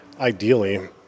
ideally